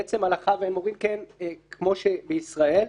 בעצם הלכה, כמו שבישראל.